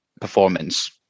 performance